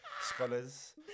scholars